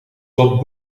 dat